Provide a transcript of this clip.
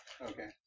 Okay